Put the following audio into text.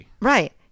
Right